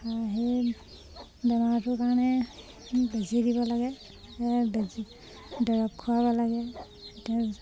এই বেমাৰটোৰ কাৰণে বেজী দিব লাগে বেজী দৰৱ খুৱাব লাগে তেতিয়া